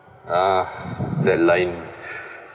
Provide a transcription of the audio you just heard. uh that line